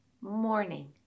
morning